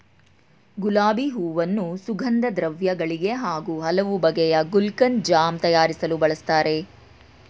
ಗುಲಾಬಿ ಹೂವನ್ನು ಸುಗಂಧದ್ರವ್ಯ ಗಳಿಗೆ ಹಾಗೂ ಹಲವು ಬಗೆಯ ಗುಲ್ಕನ್, ಜಾಮ್ ತಯಾರಿಸಲು ಬಳ್ಸತ್ತರೆ